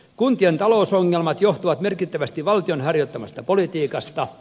kuntien talousongelmat johtuvat merkittävästi valtion harjoittamasta politiikasta